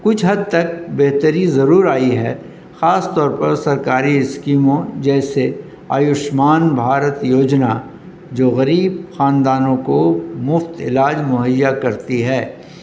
کچھ حد تک بہتری ضرور آئی ہے خاص طور پر سرکاری اسکیموں جیسے آیوشمان بھارت یوجنا جو غریب خاندانوں کو مفت علاج مہیا کرتی ہے